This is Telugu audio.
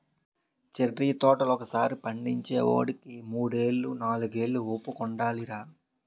చెర్రి తోటలు ఒకసారి పండించేవోడికి మూడేళ్ళు, నాలుగేళ్ళు ఓపిక ఉండాలిరా